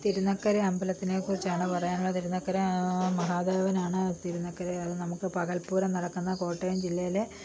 തിരുനക്കര അമ്പലത്തിനെക്കുറിച്ചാണ് പറയാനുള്ളത് തിരുനക്കര മഹാദേവനാണ് തിരുനക്കരയത് നമുക്ക് പകൽപ്പൂരം നടക്കുന്ന കോട്ടയം ജില്ലയിലെ